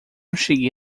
cheguei